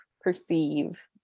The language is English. perceive